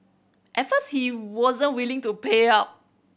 at first he wasn't willing to pay up